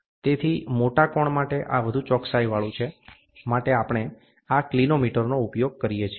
તેથી મોટા કોણ માટે આ વધુ ચોક્કસાઇવાળું છે માટે આપણે આ ક્લિનોમીટરનો ઉપયોગ કરીએ છીએ